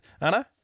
Anna